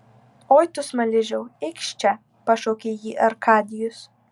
oi tu smaližiau eikš čia pašaukė jį arkadijus